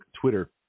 Twitter